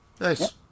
nice